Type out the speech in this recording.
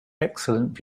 excellent